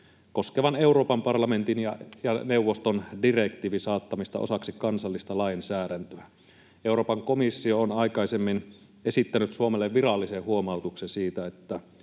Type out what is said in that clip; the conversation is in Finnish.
koskevan Euroopan parlamentin ja neuvoston direktiivin saattamista osaksi kansallista lainsäädäntöä. Euroopan komissio on aikaisemmin esittänyt Suomelle virallisen huomautuksen siitä,